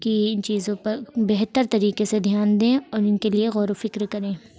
کہ ان چیزوں پر بہتر طریقے سے دھیان دیں اور ان کے لیے غور و فکر کریں